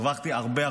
הרווחתי הרבה,